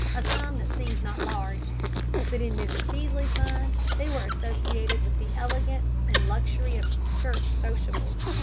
a sum that seems not large but in mrs. peaslee's mind they were associated with the elegance and luxury of church sociables,